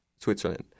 Switzerland